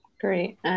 Great